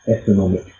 economic